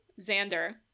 Xander